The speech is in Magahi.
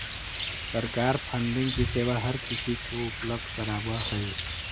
सरकार फंडिंग की सेवा हर किसी को उपलब्ध करावअ हई